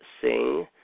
Sing